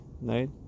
right